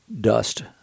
dust